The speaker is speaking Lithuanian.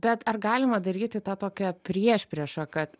bet ar galima daryti tą tokią priešpriešą kad